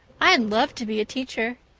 i'd love to be a teacher.